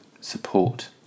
support